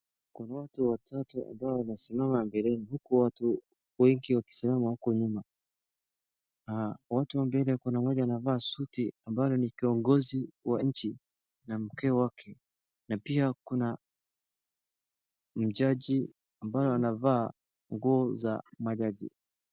Kuna watu watatu ambao wanasimama mbeleni huku watu wengi wakisimama huku nyuma. Watu wa mbele kuna mmoja anavaa suti, ambaye ni kiongozi wa nchi na mke wake, na pia kuna mjaji ambaye anavaa nguo za majaji.